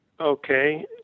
Okay